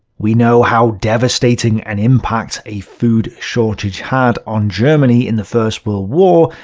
we know how devastating an impact a food shortage had on germany in the first world war,